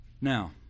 Now